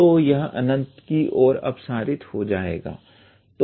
तो यह अनंत की ओर अपसरित हो जाएगा